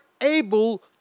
able